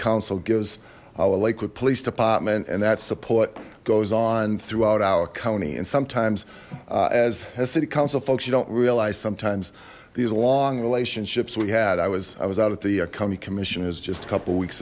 council gives our lakewood police department and that support goes on throughout our county and sometimes as city council folks you don't realize sometimes these long relationships we had i was i was out of the economy commissioners just a couple weeks